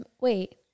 wait